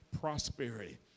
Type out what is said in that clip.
prosperity